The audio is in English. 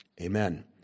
Amen